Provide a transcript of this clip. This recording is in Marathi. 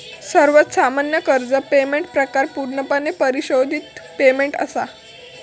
सर्वात सामान्य कर्ज पेमेंट प्रकार पूर्णपणे परिशोधित पेमेंट असा